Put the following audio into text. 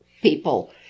people